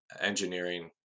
engineering